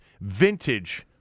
vintage